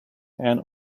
and